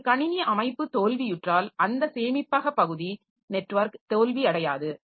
ஒரு கணினி அமைப்பு தோல்வியுற்றால் அந்த சேமிப்பக பகுதி நெட்வொர்க் தோல்வியடையாது